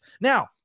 Now